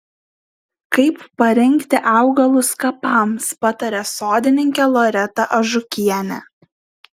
kaip parinkti augalus kapams pataria sodininkė loreta ažukienė